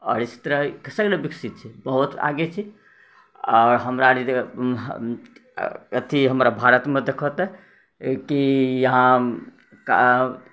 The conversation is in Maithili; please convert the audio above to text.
आओर इसतरह कैसे नहि विकसित छै बहुत आगे छै आओर हमराएनी अथी हमरा भारतमे देखहक तऽ कि यहाँ